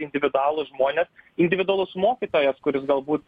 individualūs žmonės individualus mokytojas kuris galbūt